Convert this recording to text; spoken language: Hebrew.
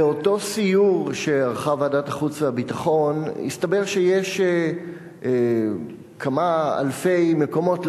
באותו סיור שערכה ועדת החוץ והביטחון הסתבר שיש כמה אלפי מקומות,